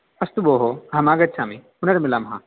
अस्तु भोः अहम् आगच्छामि पुनर्मिलामः